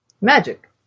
Magic